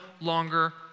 longer